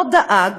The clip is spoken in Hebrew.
לא דאג